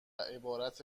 عبارت